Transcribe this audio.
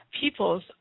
peoples